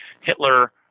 Hitler